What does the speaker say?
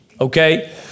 okay